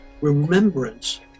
Remembrance